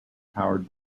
powered